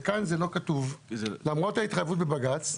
וכאן זה לא כתוב, למרות ההתחייבות בבג"ץ.